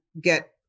get